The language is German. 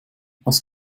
was